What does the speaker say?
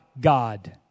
God